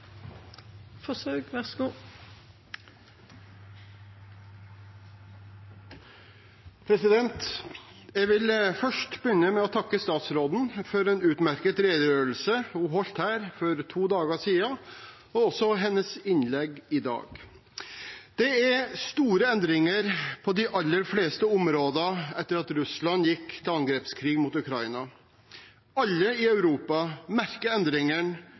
Jeg vil først begynne med å takke statsråden for en utmerket redegjørelse som hun holdt her for to dager siden, og også for hennes innlegg i dag. Det er det store endringer på de aller fleste områder etter at Russland gikk til angrepskrig mot Ukraina. Alle i Europa merker endringene